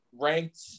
Ranked